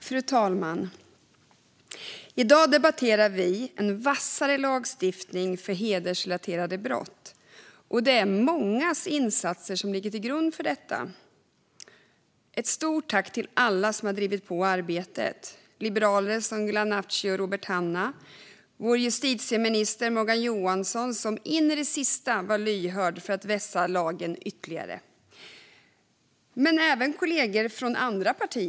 Fru talman! I dag debatterar vi en vassare lagstiftning för hedersrelaterade brott. Det är mångas insatser som ligger till grund för detta. Jag vill rikta ett stort tack till alla som har drivit på arbetet: liberaler som Gulan Avci och Robert Hannah, vår justitieminister Morgan Johansson, som in i det sista var lyhörd för att vässa lagen ytterligare, men även kollegor från andra partier.